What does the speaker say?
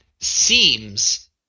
seems